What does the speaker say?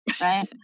right